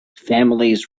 families